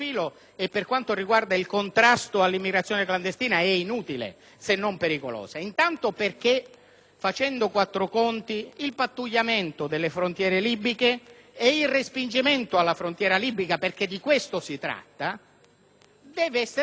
facendo quattro conti, il pattugliamento delle frontiere libiche e il respingimento alla frontiera libica- perché di questo si tratta - deve essere fatto - io immagino - secondo le regole previste dal diritto internazionale e dal diritto italiano;